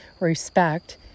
respect